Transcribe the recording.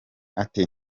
ati